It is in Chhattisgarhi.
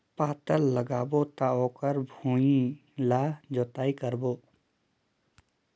पातल लगाबो त ओकर भुईं ला जोतई करबो?